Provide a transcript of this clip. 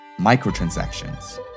Microtransactions